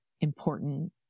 important